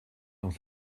dans